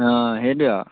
অঁ সেইটোৱে আৰু